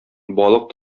балык